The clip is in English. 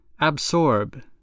Absorb